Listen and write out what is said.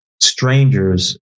strangers